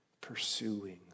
pursuing